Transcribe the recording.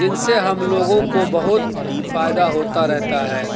جن سے ہم لوگوں کو بہت فائدہ ہوتا رہتا ہے